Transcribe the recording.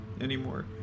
anymore